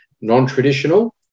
non-traditional